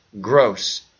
gross